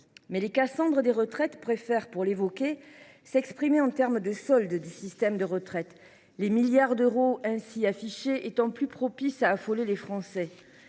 Mais les Cassandre des retraites préfèrent évoquer le solde du système de retraites, les milliards d’euros ainsi affichés étant plus propices à affoler les Français…